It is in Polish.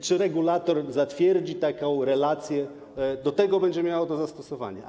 Czy regulator zatwierdzi taką relację - do tego będzie miało to zastosowanie, a